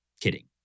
Kidding